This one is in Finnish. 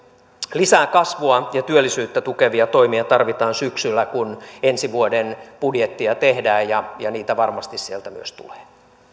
lisää kasvua ja työllisyyttä tukevia toimia tarvitaan syksyllä kun ensi vuoden budjettia tehdään ja ja niitä varmasti sieltä myös tulee